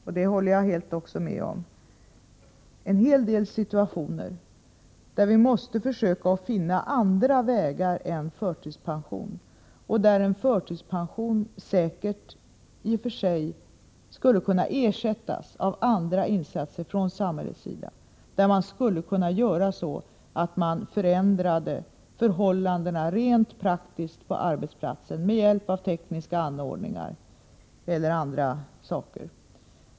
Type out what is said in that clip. Jag håller också helt med om att det finns en hel del fall där vi måste försöka finna andra vägar än förtidspension, där en förtidspensionering säkert kan ersättas av andra insatser från samhällets sida. Man skulle t.ex. kunna ändra förhållandena rent praktiskt på arbetsplatsen, med hjälp av tekniska anordningar eller andra saker.